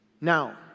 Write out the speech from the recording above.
Now